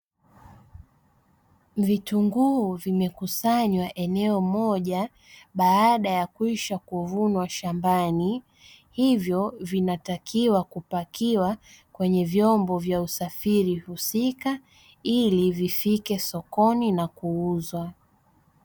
Vitunguu vimekusanywa eneo moja baada ya kwisha kuvunwa shambani, hivyo vinatakiwa kupakiwa kwenye vyombo vya usafiri husika, ili vifike sokoni na kuuzwa.